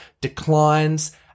declines